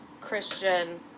Christian